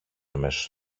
αμέσως